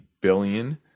billion